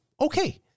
Okay